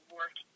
work